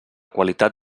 qualitat